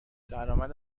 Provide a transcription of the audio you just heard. درآمد